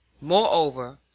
Moreover